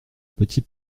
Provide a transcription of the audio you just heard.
petit